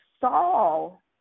Saul